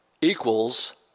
equals